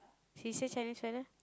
he say Chinese fellow